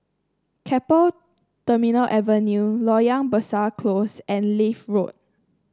Keppel Terminal Avenue Loyang Besar Close and Leith Road